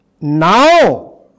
Now